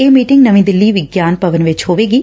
ਇਹ ਮੀਟਿੰਗ ਨਵੀ ਦਿੱਲੀ ਵਿਗਿਆਨ ਭਵਨ ਵਿਚ ਹੋਵੇਗੀ